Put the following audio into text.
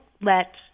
let